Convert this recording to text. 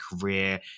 career